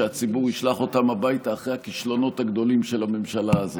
הציבור ישלח אותם הביתה אחרי הכישלונות הגדולים של הממשלה הזאת.